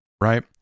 right